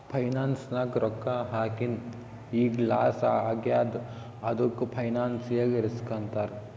finance ನಾಗ್ ರೊಕ್ಕಾ ಹಾಕಿನ್ ಈಗ್ ಲಾಸ್ ಆಗ್ಯಾದ್ ಅದ್ದುಕ್ ಫೈನಾನ್ಸಿಯಲ್ ರಿಸ್ಕ್ ಅಂತಾರ್